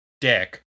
Dick